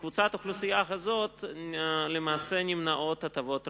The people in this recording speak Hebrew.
נמנעות מקבוצת האוכלוסייה הזאת הטבות רבות.